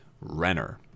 Renner